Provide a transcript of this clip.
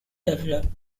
developed